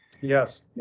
Yes